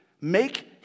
Make